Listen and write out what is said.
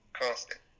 constant